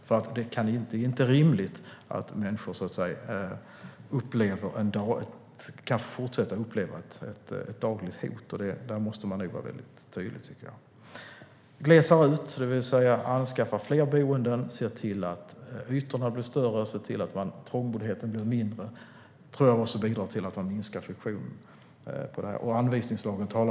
Det är nämligen inte rimligt att människor ska fortsätta uppleva ett dagligt hot. Där tycker jag att man måste vara mycket tydlig. Att man glesar ut, det vill säga anskaffar fler boenden, ser till att ytorna blir större och ser till att trångboddheten blir mindre tror jag också bidrar till att man minskar friktionen.